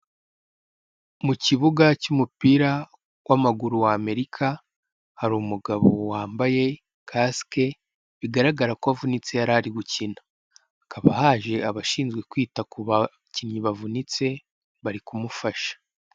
Mu kibuga cy'umupira w'amaguru w'Amerika hari umugabo wambaye kasike, bigaragara ko avunitse yari ari gukina hakaba haje abashinzwe kwita ku bakinnyi bavunitse bari kumufasha.